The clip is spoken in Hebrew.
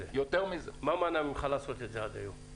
מה מנע ממך לעשות את זה עד היום?